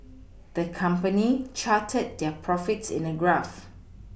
the company charted their profits in a graph